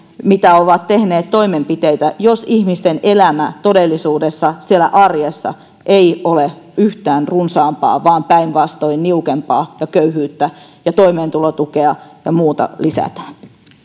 mitä toimenpiteitä ovat tehneet jos ihmisten elämä todellisuudessa siellä arjessa ei ole yhtään runsaampaa vaan päinvastoin niukempaa ja köyhyyttä ja toimeentulotukea ja muuta lisätään